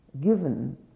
given